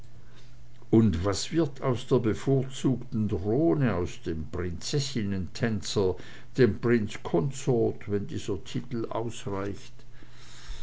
und was wird aus der bevorzugten drohne aus dem prinzessinnen tänzer dem prince consort wenn dieser titel ausreicht